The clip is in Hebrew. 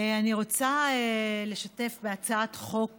אני רוצה לשתף בהצעת חוק שיזמנו,